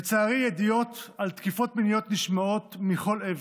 לצערי, ידיעות על תקיפות מיניות נשמעות מכל עבר,